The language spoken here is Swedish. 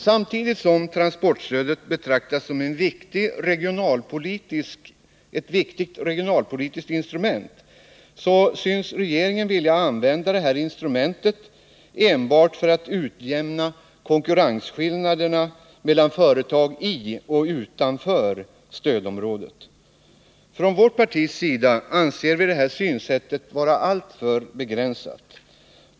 Samtidigt som transportstödet betraktas som ett viktigt regionalpolitiskt instrument synes regeringen vilja använda detta instrument enbart för att utjämna konkurrensskillnaderna mellan företag i och utanför stödområdet. Från vårt partis sida anser vi detta synsätt vara alltför begränsat.